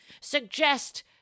suggest